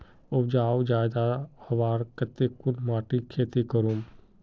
उपजाऊ ज्यादा होबार केते कुन माटित खेती करूम?